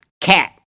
cat